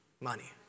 Money